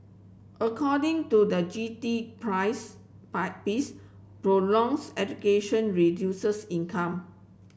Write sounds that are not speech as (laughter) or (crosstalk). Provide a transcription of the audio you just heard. according to the G T price (unintelligible) piece prolongs education reduces income